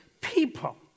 people